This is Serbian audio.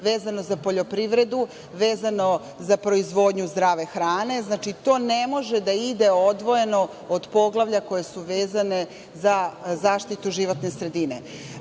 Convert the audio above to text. vezano za poljoprivredu, vezano za proizvodnju zdrave hrane. Znači, to ne može da ide odvojeno od poglavlja koja su vezana za zaštitu životne sredine. Ono